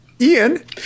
Ian